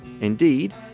Indeed